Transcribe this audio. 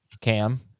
Cam